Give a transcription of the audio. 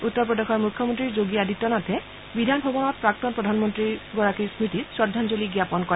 উত্তৰ প্ৰদেশৰ মুখ্যমন্তী যোগী আদিত্যনাথে বিধান ভৱনত প্ৰাক্তন প্ৰধানমন্ৰীগৰাকীলৈ শ্ৰদ্ধাঞ্জলি জাপন কৰে